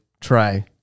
try